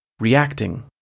reacting